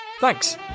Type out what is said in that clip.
Thanks